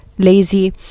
lazy